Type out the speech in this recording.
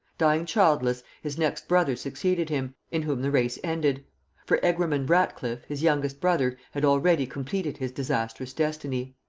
dying childless, his next brother succeeded him, in whom the race ended for egremond ratcliffe, his youngest brother, had already completed his disastrous destiny.